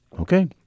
Okay